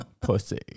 pussy